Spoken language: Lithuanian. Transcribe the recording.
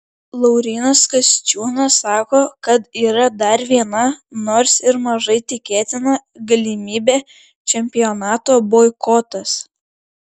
laurynas kasčiūnas sako kad yra dar viena nors ir mažai tikėtina galimybė čempionato boikotas